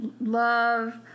love